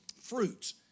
fruits